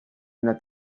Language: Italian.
una